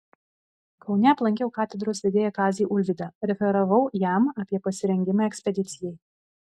kaune aplankiau katedros vedėją kazį ulvydą referavau jam apie pasirengimą ekspedicijai